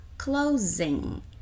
closing